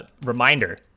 reminder